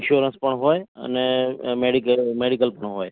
insurance પણ હોય અને મેડીકેર મેડિકલ પણ હોય